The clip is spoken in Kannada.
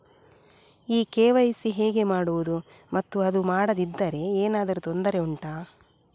ಈ ಕೆ.ವೈ.ಸಿ ಹೇಗೆ ಮಾಡುವುದು ಮತ್ತು ಅದು ಮಾಡದಿದ್ದರೆ ಏನಾದರೂ ತೊಂದರೆ ಉಂಟಾ